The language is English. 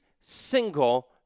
single